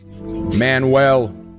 Manuel